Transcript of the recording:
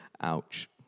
Ouch